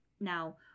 Now